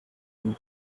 une